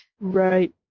right